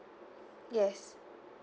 yes